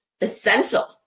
essential